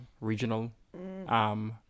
regional